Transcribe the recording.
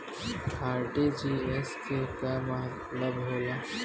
RTGS के का मतलब होला?